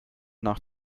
nach